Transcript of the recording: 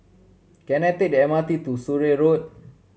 can I take the M R T to Surrey Road